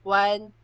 one